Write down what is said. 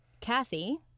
Kathy